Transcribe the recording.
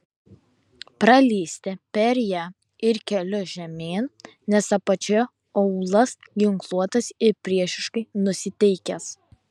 pralįsti per ją ir keliu žemyn nes apačioje aūlas ginkluotas ir priešiškai nusiteikęs